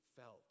felt